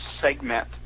segment